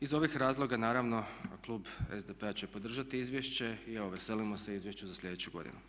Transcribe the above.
Iz ovih razloga naravno klub SDP-a će podržati izvješće i evo veselimo se izvješću za sljedeću godinu.